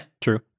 True